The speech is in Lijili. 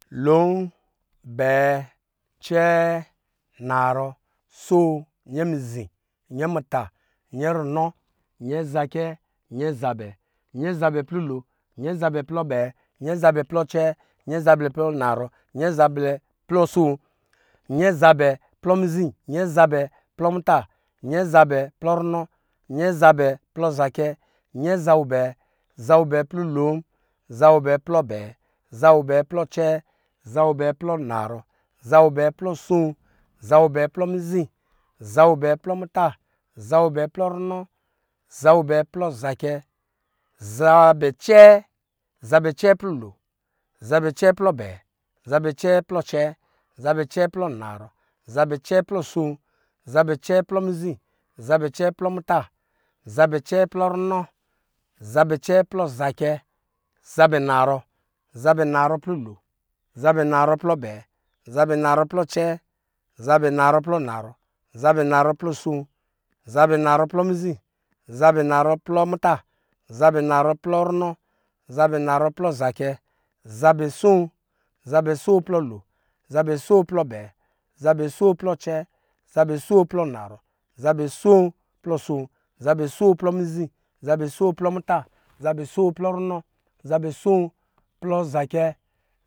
Lon bɛɛ cɛɛ naarɔ aso nyɛmizi nyɛmuta nyɛrunɔ nyɛzacɛ nyɛzabɛ zabɛ plɔ lon zabɛ plɔ abɛɛ zabɛ plɔ accɛ zabɛ plɔ anaarɔ zabɛ plɔ aso zabɛ plɔ mizi zabɛ plɔ muta zabɛ plɔ runɔ zabɛ plɔ zacɛ zabɛ abɛɛ zabɛ abɛɛ plɔ lon zabɛ abɛɛ plɔ abɛɛ zabɛ bɛɛ plɔ acɛɛ zabɛ bɛɛ plɔ anaarɔ zabɛ bɛɛ plɔ aso, zabɛ bɛɛ plɔ mizi, zabɛ bɛɛ plɔ muta, zabɛ bɛɛ plɔ runɔ, zabɛ bɛɛ plɔ zacɛ, zabɛ acɛɛ, zabɛ cɛɛ plɔ lon, zabɛ cɛɛ plɔ abɛɛ, zabɛ cɛɛ plɔ acɛɛ, zabɛ cɛɛ plɔ anaarɔ, zabɛ cɛɛ plɔ aso, zabɛ cɛɛ plɔ mizi zabɛ cɛɛ plɔ muta, zabɛ cɛɛ plɔ runɔ, zabɛ cɛɛ plɔ zacɛ, zabɛ anaarɔ, zabɛ anaarɔ plɔ lon, zabɛ anaarɔ plɔ abɛɛ, zabɛ anaarɔ plɔ acɛɛ, zabɛ anaarɔ plɔ anaarɔ zabɛ anaarɔ plɔ asu, zabɛ anaarɔ plɔ mizi, zabɛ anaarɔ plɔ muta, zabɛ anaarɔ plɔ runɔ, zabɛ anaarɔ plɔ zacɛ, zabɛ aso, zabɛ aso plɔ lon, zabɛ aso plɔ abɛɛ, zabɛ aso plɔ acɛɛ, zabɛ aso plɔ anaarɔ, zabɛ aso plɔ aso, zabɛ aso plɔ mizi, zabɛ aso plɔ muta, zabɛ aso plɔ runɔ, zabɛ aso plɔ zacɛ